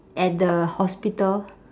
at the hospital